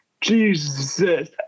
Jesus